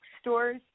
stores